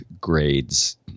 grades